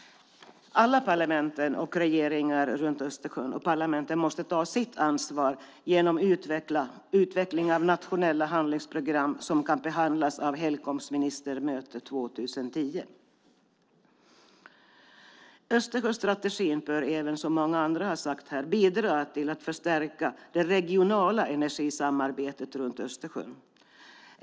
Alla parlament och regeringar runt Östersjön måste ta sitt ansvar genom utveckling av nationella handlingsprogram som kan behandlas av Helcoms ministermöte 2010. Östersjöstrategin bör även, som många andra har sagt här, bidra till att förstärka det regionala energisamarbetet runt Östersjön.